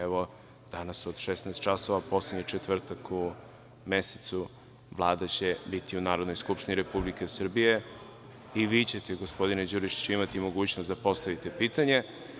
Evo, danas od 16 časova, poslednji četvrtak u mesecu, Vlada će biti u Narodnoj skupštini Republike Srbije. (Marko Đurišić: Posle četiri meseca.) I vi ćete, gospodine Đurišiću, imati mogućnost da postavite pitanje.